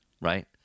Right